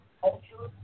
culture